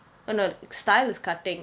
oh no style is cutting